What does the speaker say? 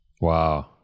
Wow